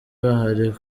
bahari